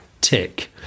Tick